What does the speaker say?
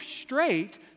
straight